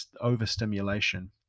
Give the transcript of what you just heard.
overstimulation